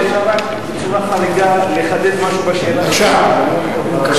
אפשר לחדד משהו בשאלה שלי?